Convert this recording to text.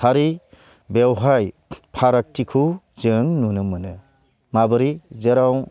थारै बेवहाय फारागथिखौ जों नुनो मोनो माबोरै जेराव